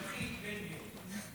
תשבחי את בן גביר.